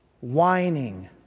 whining